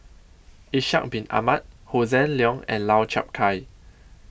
Ishak Bin Ahmad Hossan Leong and Lau Chiap Khai